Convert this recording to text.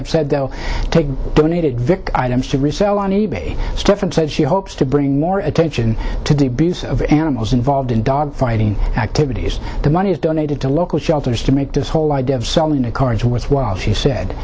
have said go take donated vick items to resell on e bay stephan said she hopes to bring more attention to the abuse of animals involved in dog fighting activities the money is donated to local shelters to make this whole idea of selling a car is worthwhile she said